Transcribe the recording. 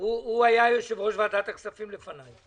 היה יושב-ראש ועדת הכספים לפניי.